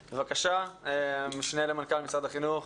בבקשה, המשנה למנכ"ל משרד החינוך